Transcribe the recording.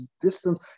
distance